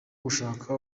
gushaka